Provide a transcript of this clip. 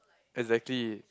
exactly